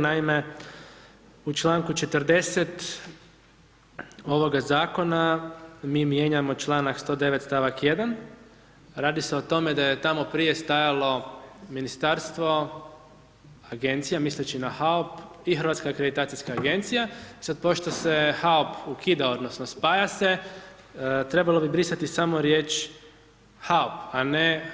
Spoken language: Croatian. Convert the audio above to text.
Naime u čl. 40. ovoga zakona, mi mijenjamo čl. 109. stavak 1. Radi se o tome, da je tamo prije stajalo ministarstvo, agencija, misleći na HAUP i Hrvatska akreditacijska agencija, sada pošto se HAUP ukida, odnosno, spaja se trebalo bi brisati samo riječ HAUP, a ne